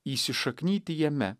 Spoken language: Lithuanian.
įsišaknyti jame